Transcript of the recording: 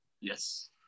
Yes